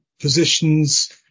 positions